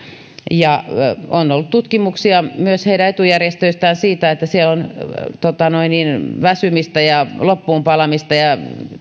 on ollut tutkimuksia myös heidän etujärjestöjensä taholta siitä että siellä on väsymistä ja loppuunpalamista ja